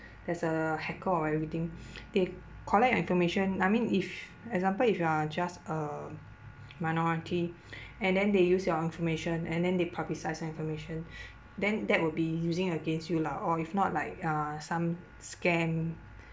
there's a hacker or everything they collect your information I mean if example if you are just a minority and then they use your information and then they publicise your information then that will be using against you lah or if not like uh some scam